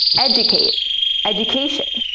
educate education